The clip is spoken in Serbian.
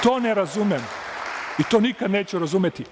To ne razumem i to nikad neću razumeti.